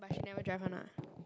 but she never drive [one] ah